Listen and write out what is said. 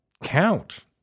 count